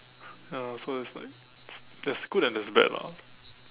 ya so it's like there's good and there's bad lah